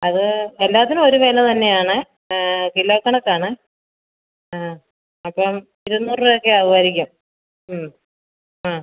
അത് എല്ലാത്തിനും ഒരു വില തന്നെയാണ് കിലോ കണക്കാണേ ആ അപ്പം ഇരുന്നൂറ് രൂപ ഒക്കെ ആവുവായിരിക്കും ആ